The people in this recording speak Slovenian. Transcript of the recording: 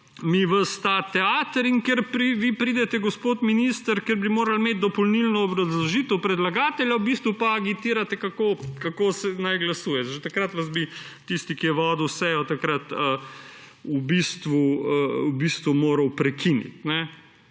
mi ves ta teater in kjer vi pridete, gospod minister, ker bi morali imeti dopolnilno obrazložitev predlagateljev, v bistvu pa agitirate, kako naj se glasuje. Že takrat vas bi tisti, ki je vodil sejo, v bistvu moral prekiniti.